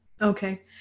Okay